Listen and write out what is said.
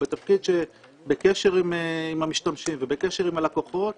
הוא בתפקיד שבקשר עם המשתמשים ובקשר עם הלקוחות